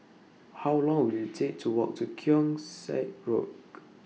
How Long Will IT Take to Walk to Keong Saik Road